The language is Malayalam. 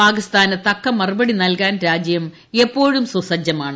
പാകിസ്ഥാന് തക്ക മറുപടി നൽകാൻ രാജ്യം എപ്പോഴും സുസജ്ജമാണ്